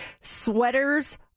Sweaters